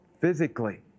Physically